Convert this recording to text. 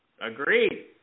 Agreed